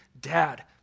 dad